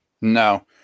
No